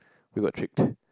we got tricked